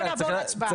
בוא נעבור להצבעה.